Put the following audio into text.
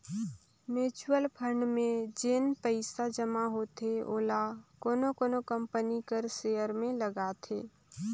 mutual fund में जेन पइसा जमा होथे ओला कोनो कोनो कंपनी कर सेयर में लगाथे